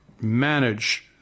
manage